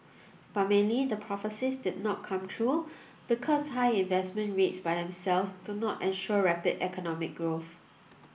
but mainly the prophecies did not come true because high investment rates by themselves do not ensure rapid economic growth